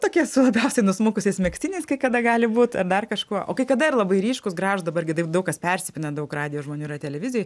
tokie su labiausiai nusmukusiais megztiniais kai kada gali būt ar dar kažkuo o kai kada ir labai ryškūs gražūs dabar gi taip daug kas persipina daug radijo žmonių yra televizijoj